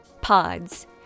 pods